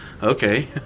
Okay